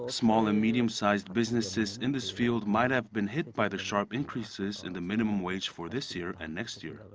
small and medium sized businesses in this field might have been hit by the sharp increases in the minimum wage for this year and next year.